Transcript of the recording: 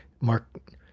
Mark